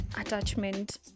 attachment